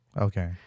Okay